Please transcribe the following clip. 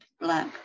Black